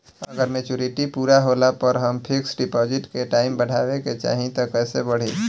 अगर मेचूरिटि पूरा होला पर हम फिक्स डिपॉज़िट के टाइम बढ़ावे के चाहिए त कैसे बढ़ी?